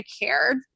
cared